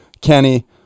kenny